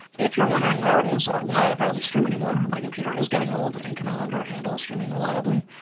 if you're wondering where it is or why i barely stream anymore. my computer is getting old and can no longer handle streaming reliably.